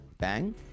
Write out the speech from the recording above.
bang